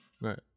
Right